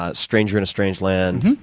ah stranger in a strange land.